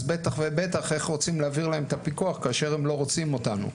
אז בטח ובטח איך רוצים להעביר להן את הפיקוח כאשר הן לא רוצות אותנו.